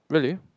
really